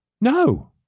No